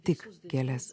tik gėles